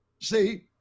See